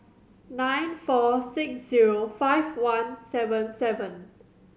nine four six zero five one seven seven